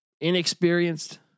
inexperienced